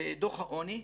בדוח העוני,